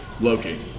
Loki